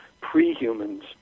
pre-humans